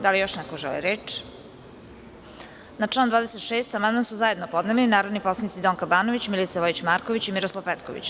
Da li još neko želi reč? (Ne) Na član 26. amandman su zajedno podneli narodni poslanici Donka Banović, Milica Vojić Marković i Miroslav Petković.